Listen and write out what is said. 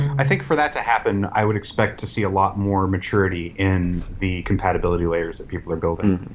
i think, for that to happen, i would expect to see a lot more maturity in the compatibility layers that people are building.